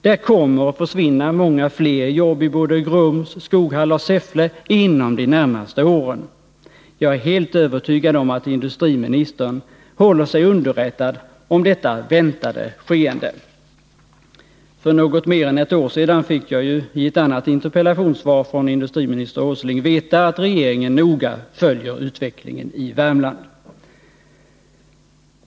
Det kommer att försvinna många fler jobb i både Grums, Skoghall och Säffle inom de närmaste åren. Jag är helt övertygad om att industriministern håller sig underrättad om detta väntade skeende. För något mer än ett år sedan fick jag ju i ett annat interpellationssvar från industriminister Åsling veta att regeringen noga följer utvecklingen i Värmland.